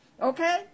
Okay